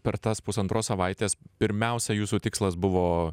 per tas pusantros savaitės pirmiausia jūsų tikslas buvo